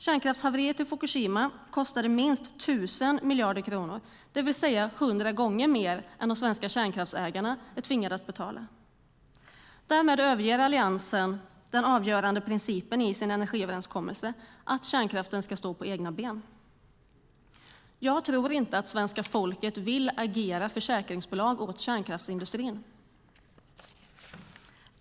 Kärnkraftshaveriet i Fukushima kostade minst 1 000 miljarder kronor, det vill säga ca 100 gånger mer är de svenska kärnkraftsägarna måste betala. Härmed överger alliansen den avgörande principen i sin energiöverenskommelse, nämligen att kärnkraften ska stå på egna ben. Jag tror inte att svenska folket vill agera försäkringsbolag åt kärnkraftsindustrin.